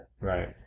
Right